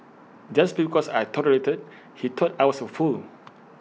just because I tolerated he thought I was A fool